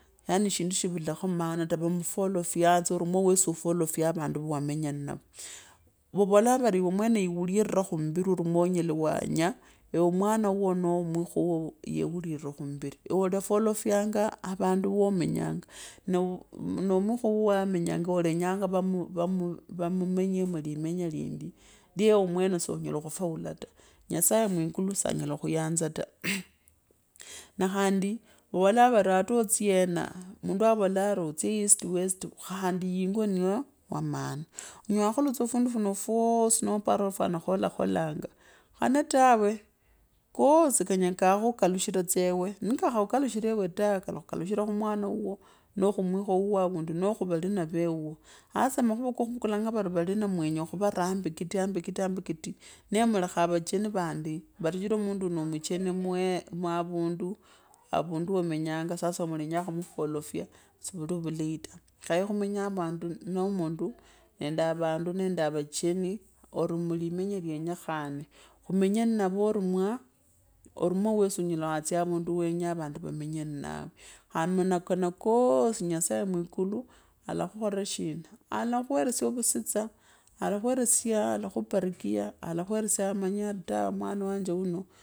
Yaani shindu shivulakho maana ta, ta umufolofyoata mwawesi ufolofyaa vandu va wamenya nnava, vavolaa vari ewe mwene viuree khumuuri mwonyela wanye, ewe mwanaluua noo mwikho wuuo yewuulire khumiviri ewe woofolofyanga avandu wa menyanga, noo noo mwikho wuuo amenyanga oleenyanga vamumenyi musimenya lindi lya ewe mwene so inyala khufuwa ta, nyasaye mwikulu sanyale khuyonza mmmh. Na khandi vavolaaria alaasye yeena, mundu avolaari otsye east- west khandi yingo wamaana, onyela wakhula tsa fundi funo fwasi nopari ori fwana khalokholonga khane tawe, koosi kanyela kakhukhukalishira tse ewe, nikakhakhulukulishira ewe mwene tawe kalakhukalisha khu mwana wuuo, nuuo khumwikho wuuo avirindu, noo khuweira hambikiti hambikiti nee mulekha avacheni vandi, vari shichira munchi vuunio no mucheni mwee, avundu, avinchi womevyanga sasa mulenyanga khumufolofya sili uvuleita, khaya khumenye vandu, noo mundu neende vandu nende avacheni ori mulimenya iyenyekhane, khumenye nnavio mwa ori mwawesi onyala watsya avundu wenya avandu vamenye mnawe, na khandi mukano koosi nyasaye mwikulu alakhukhora shina, alakhweresye ovuvusitsa, alakhweresya alakhubarikija, alakhweresya amanye ari taa mwanawanje wuino.